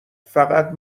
فقط